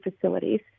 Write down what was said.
facilities